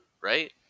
Right